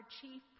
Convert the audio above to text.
chief